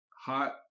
Hot